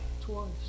Twice